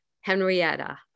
Henrietta